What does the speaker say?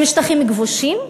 הם שטחים כבושים,